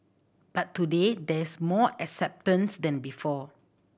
but today there's more acceptance than before